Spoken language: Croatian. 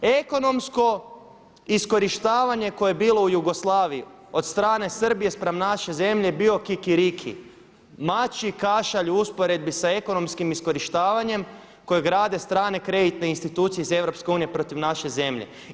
Ekonomsko iskorištavanje koje je bilo u Jugoslaviji od strane Srbiji spram naše zemlje je bio kikiriki, mačji kašalj u usporedbi sa ekonomskim iskorištavanjem kojeg grade strane kreditne institucije iz EU protiv naše zemlje.